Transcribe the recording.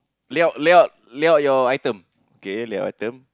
lay out lay out lay out your item okay lay out your item